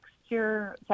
texture